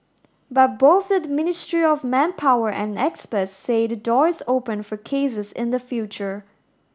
but both the Ministry of Manpower and experts say the door is open for cases in the future